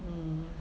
mm